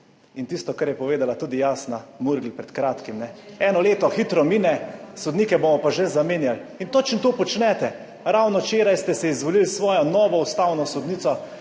in tisto, kar je povedala tudi Jasna Murgel pred kratkim. Eno leto hitro mine, sodnike bomo pa že zamenjali in točno to počnete. Ravno včeraj ste se izvolili s svojo novo ustavno sodnico,